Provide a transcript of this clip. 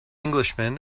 englishman